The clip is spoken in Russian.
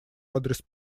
адрес